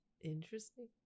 Interesting